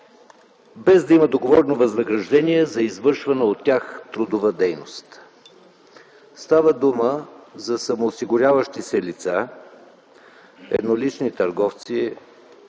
без да има договорено възнаграждение за извършвана от тях трудова дейност. Става дума за самоосигуряващи се лица, еднолични търговци,